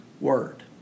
word